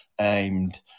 aimed